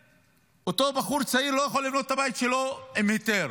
אותו בחור צעיר לא יכול לבנות את הבית שלו עם היתר,